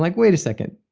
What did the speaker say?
like wait a second.